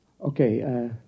Okay